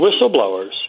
whistleblowers